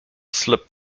slip